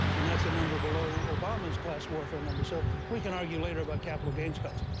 and that's a number below obama's class warfare number. so we can argue later about capital gains cuts.